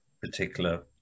particular